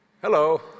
hello